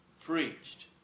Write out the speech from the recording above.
preached